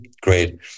Great